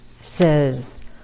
says